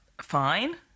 fine